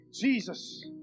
Jesus